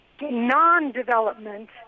non-development